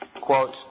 Quote